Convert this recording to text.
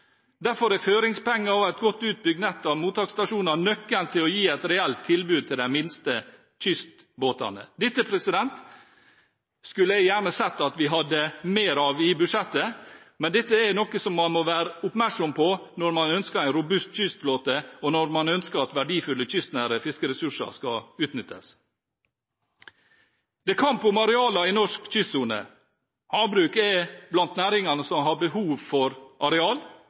føringspenger og et godt utbygd nett av mottaksstasjoner nøkkelen til å gi et reelt tilbud til de minste kystbåtene. Dette skulle jeg gjerne sett at vi hadde mer av i budsjettet, men dette er noe som man må være oppmerksom på når man ønsker en robust kystflåte, og når man ønsker at verdifulle kystnære fiskeressurser skal utnyttes. Det er kamp om arealene i norsk kystsone. Havbruk er blant næringene som har behov for areal.